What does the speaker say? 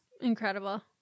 incredible